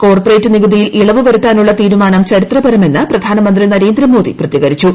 corporate നികുതിയിൽ ഇളവ് വരുത്താനുള്ള തീരുമാനം ചരിത്രപരമെന്ന് പ്രധാനമന്ത്രി നരേന്ദ്രമോദി പ്രതികരിച്ചു